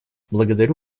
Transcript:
благодарю